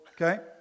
okay